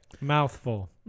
mouthful